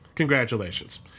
Congratulations